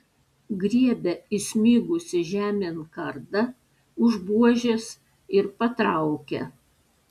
griebia įsmigusį žemėn kardą už buožės ir patraukia